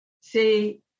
See